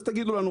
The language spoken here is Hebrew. אז תגידו לנו,